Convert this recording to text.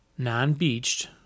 non-beached